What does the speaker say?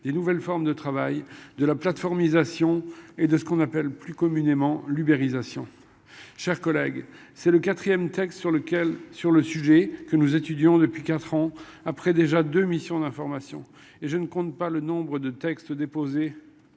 des nouvelles formes de travail de la plateforme nisation. Et de ce qu'on appelle plus communément l'uberisation. Chers collègues, c'est le 4ème texte sur lequel sur le sujet que nous étudions depuis 4 ans, après déjà 2 missions d'information et je ne compte pas le nombre de textes déposés.